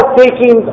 taking